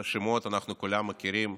את השמות כולנו מכירים,